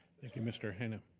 thank you mr. hannim,